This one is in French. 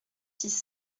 six